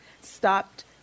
stopped